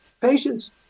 patients